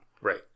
Right